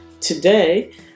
Today